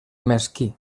mesquí